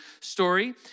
story